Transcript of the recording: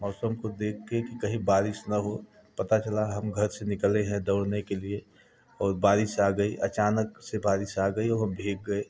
मौसम को देख कर कि कहीं बारिश न हो पता चला हम घर से निकले हैं दौड़ने के लिए और बारिश आ गई अचानक से बारिश आ गई और हम भीग गए